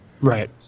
right